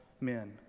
men